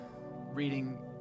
reading